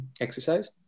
exercise